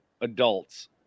adults